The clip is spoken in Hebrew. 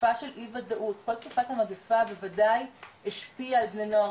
התקופה של אי הוודאות בכל תקופת המגיפה בוודאי השפיעה על בני הנוער.